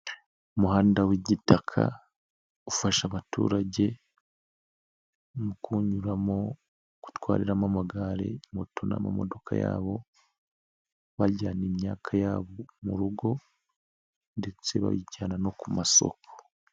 Umuhanda w'igitaka ufasha abaturage mu kuwunyuramo, gutwariramo amagare, moto n'amamodoka yabo, bajyana imyaka yabo mu rugo ndetse bayijyana no ku masoko.